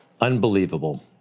Unbelievable